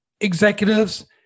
executives